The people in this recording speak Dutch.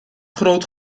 groot